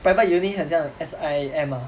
private uni 很像 S_I_M ah